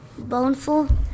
boneful